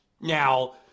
Now